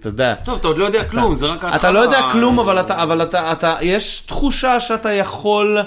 אתה יודע. טוב, אתה עוד לא יודע כלום, זה רק החרא. אתה לא יודע כלום, אבל אתה... יש תחושה שאתה יכול...